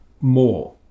more